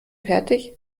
fertig